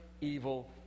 evil